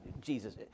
Jesus